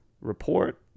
report